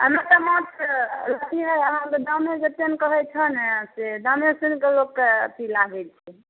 एनाहिते माछ की की हइ आओर तऽ दामे जतेक ने कहै छहक ने से दामे सुनिके लोकके अथी लागै छै